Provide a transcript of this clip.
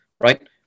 right